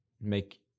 make